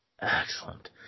Excellent